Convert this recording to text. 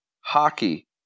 Hockey